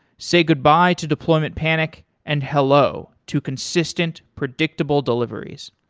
say goodbye to deployment panic and hello to consistent predictable deliveries.